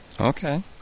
Okay